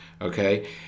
Okay